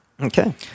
Okay